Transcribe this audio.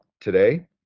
today